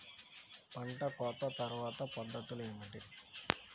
పంట కోత తర్వాత పద్ధతులు ఏమిటి?